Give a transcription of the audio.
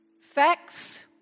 Facts